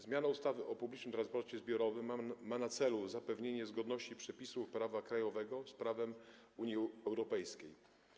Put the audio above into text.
Zmiana ustawy o publicznym transporcie zbiorowym ma na celu zapewnienie zgodności przepisów prawa krajowego z prawem Unii Europejskiej.